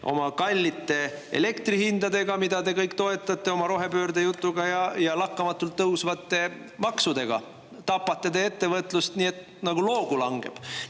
oma kallite elektrihindadega, mida te kõik toetate oma rohepöörde jutuga, ja lakkamatult tõusvate maksudega tapate ettevõtlust nii, nagu loogu langeb.